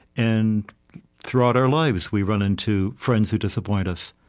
and throughout our lives we run into friends who disappoint us.